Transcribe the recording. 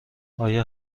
آیا